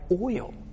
oil